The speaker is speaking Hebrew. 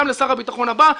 גם לשר הביטחון הבא,